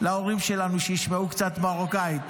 להורים שלנו, שישמעו קצת מרוקאית,